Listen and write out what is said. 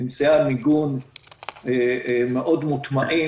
אמצעי המיגון מאוד מוטמעים,